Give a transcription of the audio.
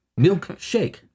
Milkshake